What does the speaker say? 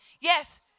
Yes